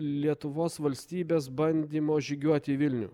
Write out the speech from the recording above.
lietuvos valstybės bandymo žygiuoti į vilnių